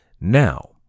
Now